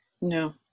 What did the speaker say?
no